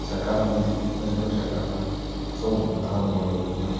ꯁꯔꯀꯥꯔ ꯑꯃꯗꯤ ꯃꯅꯤꯄꯨꯔ ꯁꯔꯀꯥꯔꯅ ꯑꯆꯧꯕ ꯈꯣꯡꯊꯥꯡ ꯑꯃ ꯂꯧꯗꯨꯅ